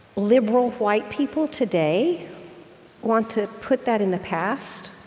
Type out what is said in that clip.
liberal white people today want to put that in the past